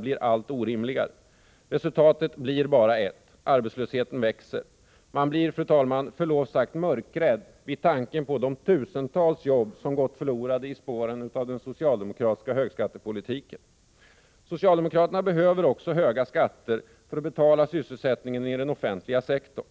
blir allt orimligare. Resultatet kan bara bli ett: arbetslösheten växer. Man blir, fru talman, med förlov sagt mörkrädd vid tanken på de tusentals jobb som gått förlorade i spåren av den socialdemokratiska högskattepolitiken. Socialdemokraterna behöver också höga skatter för att betala sysselsättningen i den offentliga sektorn.